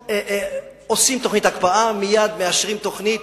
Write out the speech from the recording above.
עושים תוכנית הקפאה ומייד מאשרים תוכנית